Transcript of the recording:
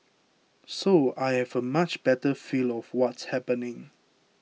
so I have a much better feel of what's happening